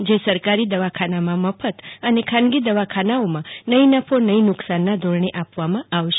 જે સરકારી દવાખાનામાં મફત અને ખાનગી દવાખાનાઓ નહી નફો નહી નુકસાનના ધોરણે આપવામાં આવશે